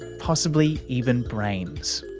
possibly even brains.